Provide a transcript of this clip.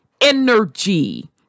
energy